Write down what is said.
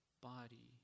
body